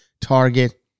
Target